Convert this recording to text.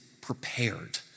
prepared